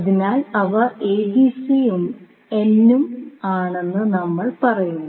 അതിനാൽ അവ ABC ഉം n ഉം ആണെന്ന് നമ്മൾ പറയുന്നു